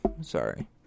sorry